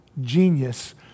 genius